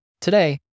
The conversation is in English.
Today